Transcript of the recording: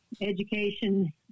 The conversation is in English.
education